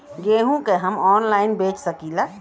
गेहूँ के हम ऑनलाइन बेंच सकी ला?